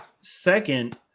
second